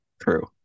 true